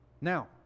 Now